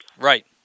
Right